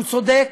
הוא צודק,